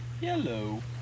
Yellow